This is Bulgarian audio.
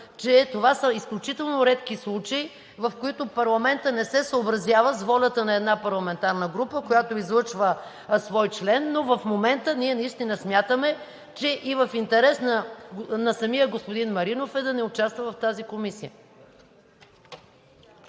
че това са изключително редки случаи, в които парламентът не се съобразява с волята на една парламентарна група, която излъчва свой член. Но в момента ние наистина смятаме, че и в интерес на самия господин Маринов е да не участва в тази комисия.